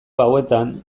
hauetan